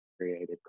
created